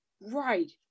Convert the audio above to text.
Right